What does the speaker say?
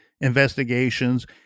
investigations